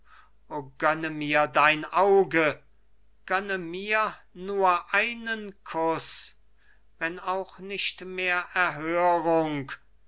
gönne mir dein auge gönne mir nur einen kuß wenn auch nicht mehr erhörung